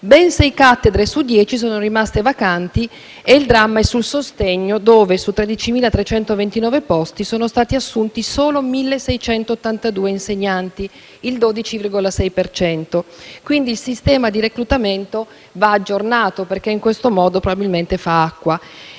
ben sei cattedre su 10 sono rimaste vacanti e il dramma è sul sostegno, dove su 13.329 posti sono stati assunti solo 1.682 insegnanti, il 12,6 per cento. Il sistema di reclutamento, quindi, va aggiornato, perché in questo modo probabilmente fa acqua.